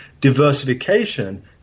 diversification